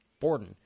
Borden